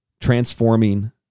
transforming